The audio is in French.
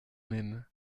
même